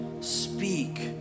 Speak